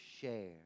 share